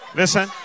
listen